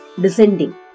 descending